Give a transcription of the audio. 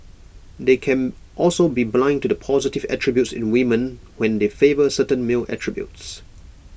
they can also be blind to the positive attributes in women when they favour certain male attributes